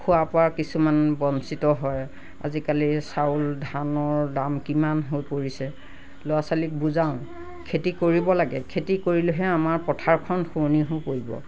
খোৱা বোৱা কিছুমান বঞ্চিত হয় আজিকালি চাউল ধানৰ দাম কিমান হৈ পৰিছে ল'ৰা ছোৱালীক বুজাওঁ খেতি কৰিব লাগে খেতি কৰিলেহে আমাৰ পথাৰখন শুৱনি হৈ পৰিব